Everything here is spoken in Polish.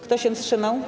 Kto się wstrzymał?